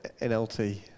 NLT